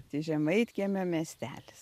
tai žemaitkiemio miestelis